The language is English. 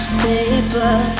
paper